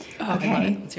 Okay